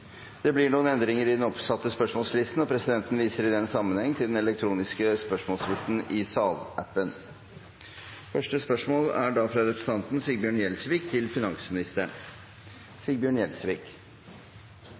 Det blir noen endringer i den oppsatte spørsmålslisten, og presidenten viser i den sammenheng til den elektroniske spørsmålslisten i salappen. Endringene var som følger: Spørsmål 6, fra representanten Lars Haltbrekken til